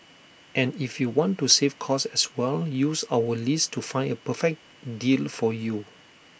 and if you want to save cost as well use our list to find A perfect deal for you